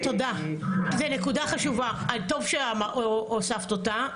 תודה, זו נקודה חשובה, טוב שהוספת אותה.